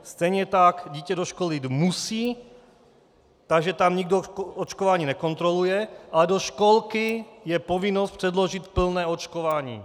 Stejně tak dítě do školy jít musí, takže tam nikdo očkování nekontroluje, ale do školky je povinnost předložit plné očkování.